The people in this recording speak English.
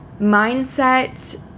mindset